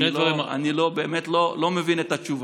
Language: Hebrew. אני באמת לא מבין את התשובה.